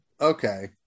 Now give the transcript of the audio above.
okay